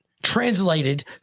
Translated